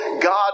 God